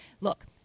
Look